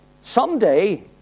Someday